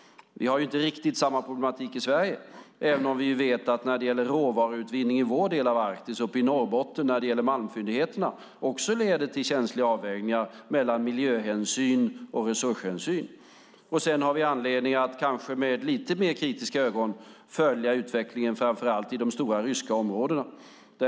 Vi har inte riktigt samma problematik i Sverige som i Norge även om vi vet att råvaruutvinningen i vår del av Arktis, uppe i Norrbotten där det gäller malmfyndigheterna, också leder till känsliga avvägningar mellan miljöhänsyn och resurshänsyn. Sedan har vi anledning att, kanske med lite mer kritiska ögon, följa utvecklingen framför allt i de stora ryska områdena.